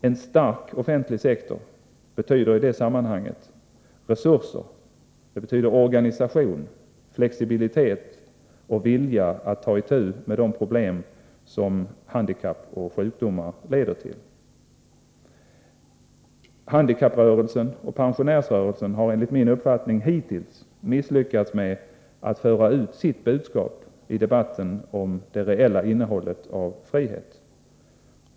En stark offentlig sektor betyder i det sammahanget resurser, organsiation, flexibilitet och vilja att ta itu med de problem som handikapp och sjukdomar leder till. Handikapprörelsen och pensionärsrörelsen har enligt min uppfattning hittills misslyckats med att föra ut sitt budskap i debatten om de reella innehållet av frihet.